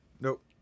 Nope